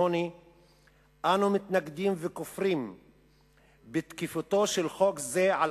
8. אנו מתנגדים וכופרים בתקפותו של חוק זה על